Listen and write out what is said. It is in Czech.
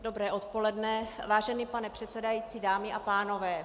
Dobré odpoledne, vážený pane předsedající, dámy a pánové.